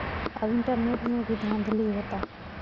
अब इंटरनेट से भी धांधली होता